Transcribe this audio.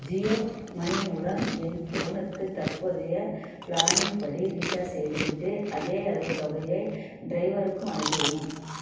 Jio money மூலம் என் ஃபோனுக்கு தற்போதைய பிளானின் படி ரீசார்ஜ் செய்துவிட்டு அதேயளவு தொகையை டிரைவருக்கும் அனுப்பவும்